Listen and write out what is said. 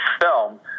film